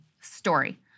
story